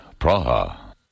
Praha